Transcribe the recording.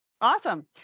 Awesome